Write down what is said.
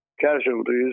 casualties